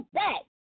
back